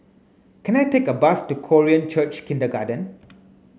can I take a bus to Korean Church Kindergarten